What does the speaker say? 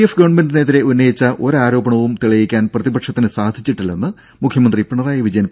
F ഗവൺമെന്റിനെതിരേ ഉന്നയിച്ച ഒരു ആരോപണവും തെളിയിക്കാൻ പ്രതിപക്ഷത്തിന് സാധിച്ചിട്ടില്ലെന്ന് മുഖ്യമന്ത്രി പിണറായി വിജയൻ